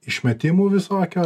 išmetimų visokio